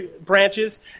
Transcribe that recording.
branches